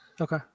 Okay